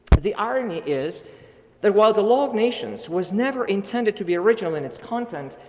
the irony is that while the law of nations was never intended to be original in its content,